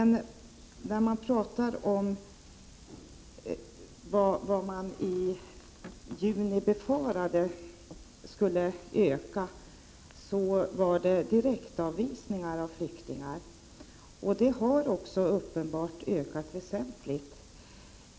När man talar om vad som befarades öka i juli rörde det sig om direktavvisningar av flyktingar. Dessa har uppenbart också ökat väsentligt.